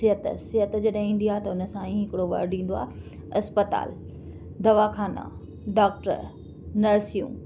सिहत सिहत जॾहिं ईंदी आहे त उन सां ई हिकिड़ो वर्डु ईंदो आहे अस्पताल दवाख़ाना डॉक्टर नर्सियूं